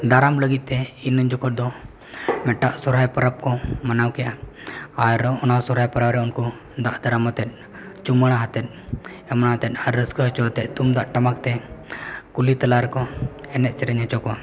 ᱫᱟᱨᱟᱢ ᱞᱟᱹᱜᱤᱫᱛᱮ ᱤᱱᱟᱹ ᱡᱚᱠᱷᱚᱡ ᱫᱚ ᱢᱤᱫᱴᱟᱝ ᱥᱚᱨᱦᱟᱭ ᱯᱚᱨᱚᱵᱽ ᱠᱚ ᱢᱟᱱᱟᱣ ᱠᱮᱫᱼᱟ ᱟᱨ ᱚᱱᱟ ᱥᱚᱨᱦᱟᱭ ᱯᱚᱨᱚᱵᱽ ᱨᱮ ᱩᱱᱠᱩ ᱠᱚ ᱫᱟᱜᱼᱫᱟᱨᱟᱢ ᱟᱛᱮᱫ ᱪᱩᱢᱟᱹᱲᱟ ᱟᱛᱮᱫ ᱮᱢᱟᱱ ᱟᱛᱮᱫ ᱟᱨ ᱨᱟᱹᱥᱠᱟᱹ ᱦᱚᱪᱚᱣ ᱟᱛᱮᱫ ᱛᱩᱢᱫᱟᱜᱼᱴᱟᱢᱟᱠᱛᱮ ᱠᱩᱞᱦᱤ ᱛᱟᱞᱟ ᱨᱮᱠᱚ ᱮᱱᱮᱡᱼᱥᱮᱨᱮᱧ ᱦᱚᱪᱚ ᱠᱚᱣᱟ